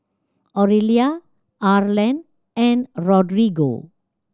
Aurelia Arlen and Rodrigo